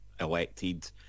elected